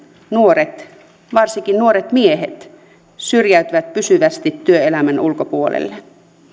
nuoret varsinkin nuoret miehet syrjäytyvät pysyvästi työelämän ulkopuolelle